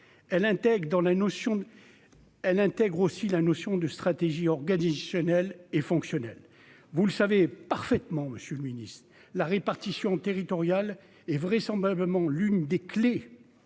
elle intègre aussi la notion de stratégie organisationnelle et fonctionnelle, vous le savez parfaitement, monsieur le Ministre, la répartition territoriale et vraisemblablement l'une des clés